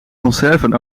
conserven